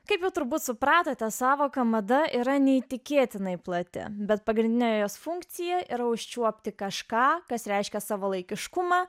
kaip jau turbūt supratote sąvoka mada yra neįtikėtinai plati bet pagrindinė jos funkcija yra užčiuopti kažką kas reiškia savalaikiškumą